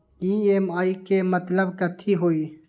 EMI के मतलब कथी होई?